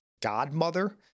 godmother